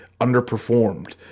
underperformed